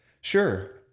Sure